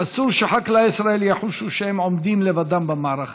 אסור שחקלאי ישראל יחושו שהם עומדים לבדם במערכה.